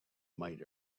might